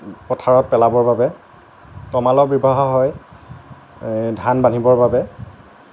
পথাৰত পেলাবৰ বাবে তঙালৰ ব্যৱহাৰ হয় ধান বান্ধিবৰ বাবে